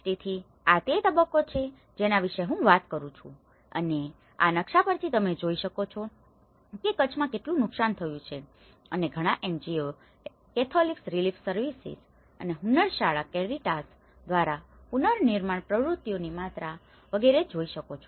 તેથી આ તે તબક્કો છે જેના વિશે હું વાત કરી રહ્યો છુ અને આ નકશા પરથી તમે જોઈ શકો છો કે કચ્છમાં કેટલું નુકસાન થયું છે અને ઘણા NGOs Catholic Relief Services Hunnarshala Caritas દ્વારા પુનઃર્નિર્માણ પ્રવૃત્તિઓની માત્રા વગેરે જોઈ શકો છો